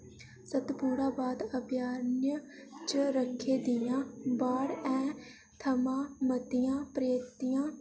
सतपुड़ा बाघ अभयाण्य च रक्खें दियां बाठ ऐं थमां मतियां प्रजातियां